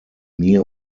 mir